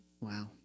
Wow